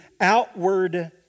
outward